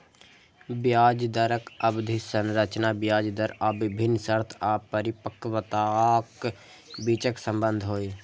ब्याज दरक अवधि संरचना ब्याज दर आ विभिन्न शर्त या परिपक्वताक बीचक संबंध होइ छै